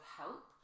help